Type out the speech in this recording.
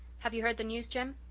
have you heard the news, jem?